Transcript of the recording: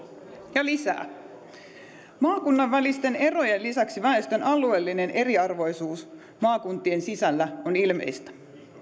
ja lisää maakuntien välisten erojen lisäksi väestön alueellinen eriarvoisuus maakuntien sisällä on ilmeistä